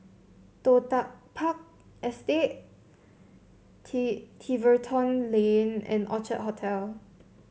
Toh Tuck Park Estate Tiverton Lane and Orchard Hotel